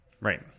Right